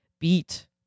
beat